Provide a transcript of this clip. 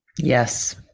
Yes